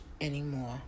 anymore